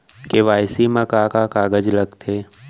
KYC मा का का कागज लगथे?